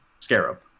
Scarab